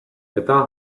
eta